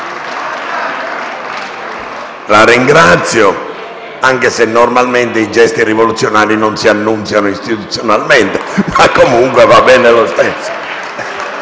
Marcucci, anche se normalmente i gesti rivoluzionari non si annunziano istituzionalmente; ma comunque va bene ugualmente.